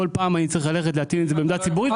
כל פעם אני צריך ללכת להטעין את זה בעמדה ציבורית.